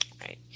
right